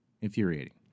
Infuriating